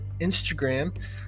Instagram